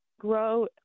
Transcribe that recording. grow